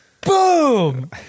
boom